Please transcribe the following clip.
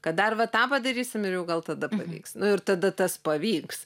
kad dar va tą padarysim ir jau gal tada pavyks nu ir tada tas pavyks